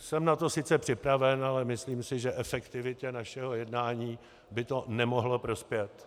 Jsem na to sice připraven, ale myslím si, že efektivitě našeho jednání by to nemohlo prospět.